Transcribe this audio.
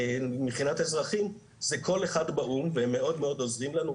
מבחינת האזרחים זה קול אחד באום ומאוד מאוד עוזרים לנו,